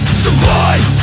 survive